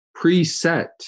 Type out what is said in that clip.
preset